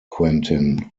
quentin